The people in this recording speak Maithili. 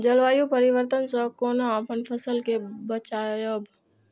जलवायु परिवर्तन से कोना अपन फसल कै बचायब?